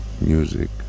music